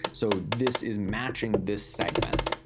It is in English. so this is matching this segment.